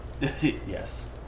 yes